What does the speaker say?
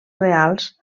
reals